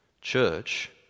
church